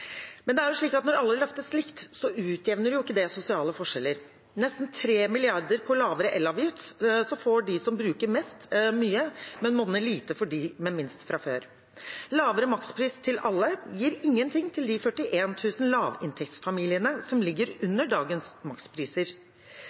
Men når alle løftes likt, utjevner jo ikke det sosiale forskjeller. Med nesten 3 mrd. kr til lavere elavgift får de som bruker mest, mye, men det monner lite for dem med minst fra før. Lavere makspris til alle gir ingenting til de 41 000 lavinntektsfamiliene som ligger under dagens makspriser.